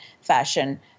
fashion